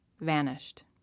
Vanished